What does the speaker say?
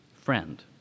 friend